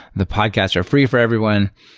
the podcasts are free for everyone.